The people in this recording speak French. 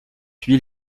huile